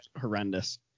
horrendous